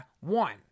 one